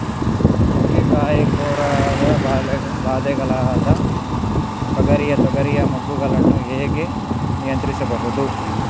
ಚುಕ್ಕೆ ಕಾಯಿ ಕೊರಕದ ಬಾಧೆಗೊಳಗಾದ ಪಗರಿಯ ತೊಗರಿಯ ಮೊಗ್ಗುಗಳನ್ನು ಹೇಗೆ ನಿಯಂತ್ರಿಸುವುದು?